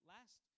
Last